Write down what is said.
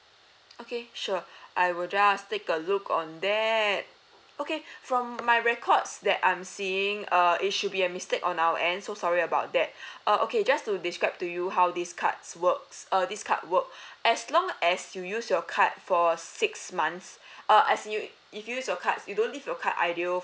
okay sure I will just take a look on that okay from my records that I'm seeing err it should be a mistake on our end so sorry about that uh okay just to describe to you how these cards works err this card work as long as you use your card for six months uh as you if you use your cards you don't leave your card idle